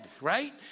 right